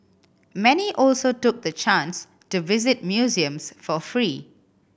many also took the chance to visit museums for free